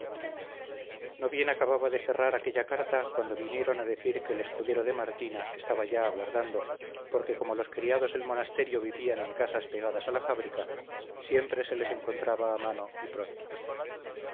no bien acababa de cerrar aquella carta cuando vinieron a decir que el escudero de martina estaba ya aguardando porque como los criados del monasterio vivían en casas pegadas a la fábrica siempre se les encontraba a mano y prontos